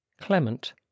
clement